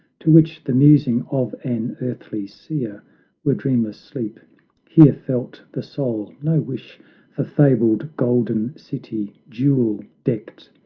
to which the musing of an earthly seer were dreamless sleep here felt the soul no wish for fabled golden city jewel-decked,